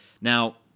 Now